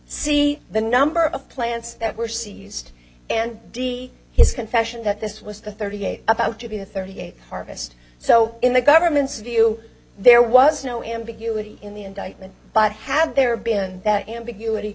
see the number of plants that were seized and d his confession that this was the thirty eight about to be the thirty eight harvest so in the government's view there was no ambiguity in the indictment but had there been that ambiguity